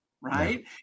right